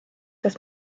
das